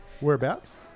Whereabouts